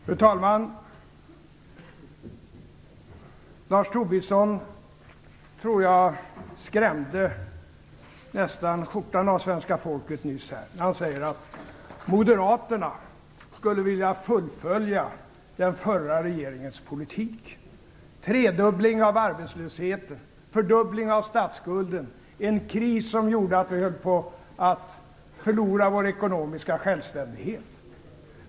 Fru talman! Lars Tobisson skrämde nästan skjortan av svenska folket nyss, när han sade att Moderaterna skulle vilja fullfölja den förra regeringens politik. Det var tredubbling av arbetslösheten och fördubbling av statsskulden; en kris som gjorde att vi höll på att förlora vår ekonomiska självständighet.